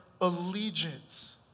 allegiance